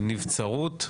הנבצרות,